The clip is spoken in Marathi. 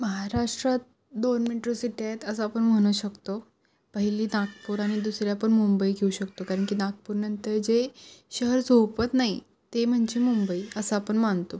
महाराष्ट्रात दोन मीट्रो सिटी आहेत असं आपण म्हणू शकतो पहिली नागपूर आणि दुसऱ्या पण मुंबई घेऊ शकतो कारण की नागपूरनंतर जे शहर झोपत नाही ते म्हणजे मुंबई असं आपण मानतो